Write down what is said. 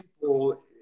people